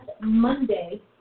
Monday